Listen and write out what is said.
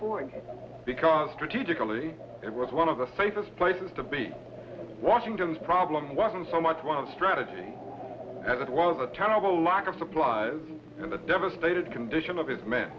afford because strategically it was one of the safest places to be washington's problem wasn't so much one of strategy as it was a terrible lack of supplies in the devastated condition of his men